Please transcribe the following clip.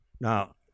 Now